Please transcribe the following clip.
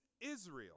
Israel